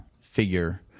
figure